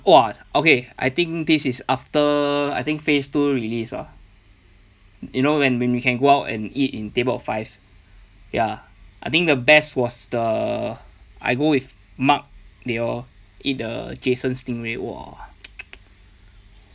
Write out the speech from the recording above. !wah! okay I think this is after I think phase two released ah you know when when we can go out and eat in table of five ya I think the best was the I go with mark they all eat the jason stingray !wah!